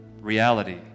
reality